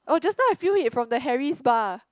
oh just now I feel it from the Harry's bar